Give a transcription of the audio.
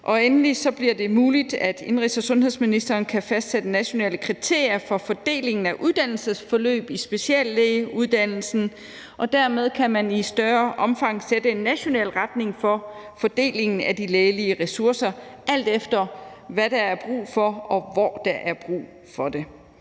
endelig bliver det muligt, at indenrigs- og sundhedsministeren kan fastsætte nationale kriterier for fordelingen af uddannelsesforløb i speciallægeuddannelsen, og dermed kan man i større omfang sætte en national retning for fordelingen af de lægelige ressourcer, alt efter hvad der er brug for og hvor der er brug for det.